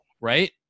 right